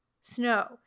Snow